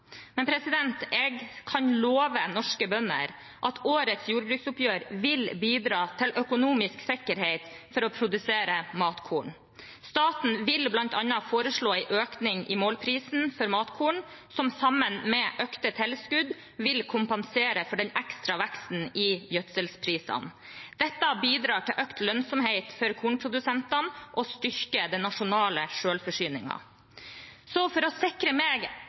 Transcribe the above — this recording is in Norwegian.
jeg kan love norske bønder at årets jordbruksoppgjør vil bidra til økonomisk sikkerhet for å produsere matkorn. Staten vil bl.a. foreslå en økning i målprisen for matkorn, som sammen med økte tilskudd vil kompensere for den ekstra veksten i gjødselprisene. Dette bidrar til økt lønnsomhet for kornprodusentene og styrker den nasjonale selvforsyningen. For å sikre meg